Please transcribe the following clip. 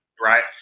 right